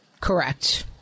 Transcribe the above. Correct